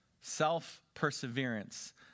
Self-perseverance